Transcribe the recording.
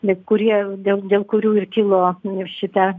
bei kurie dėl dėl kurių ir kilo ir šita